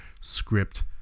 script